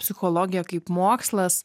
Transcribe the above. psichologija kaip mokslas